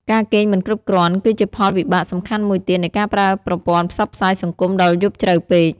ការគេងមិនគ្រប់គ្រាន់គឺជាផលវិបាកសំខាន់មួយទៀតនៃការប្រើប្រព័ន្ធផ្សព្វផ្សាយសង្គមដល់យប់ជ្រៅពេក។